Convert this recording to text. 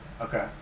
Okay